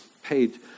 paid